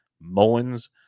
Mullins